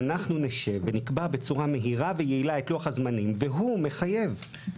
״אנחנו נשב ונקבע בצורה מהירה ויעילה את לוח הזמנים והוא מחייב״.